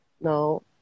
No